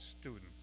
students